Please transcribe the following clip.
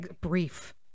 brief